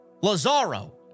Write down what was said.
Lazaro